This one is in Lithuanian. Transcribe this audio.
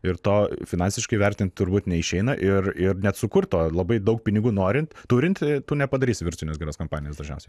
ir to finansiškai vertint turbūt neišeina ir ir net sukurt to labai daug pinigų norint turint tu nepadarys virutinės geros kampanijos dažniausiai